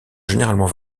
généralement